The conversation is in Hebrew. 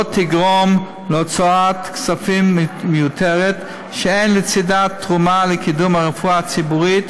תגרום להוצאת כספים מיותרת שאין לצידה תרומה לקידום הרפואה הציבורית,